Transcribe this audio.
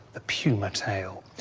ah puma tail.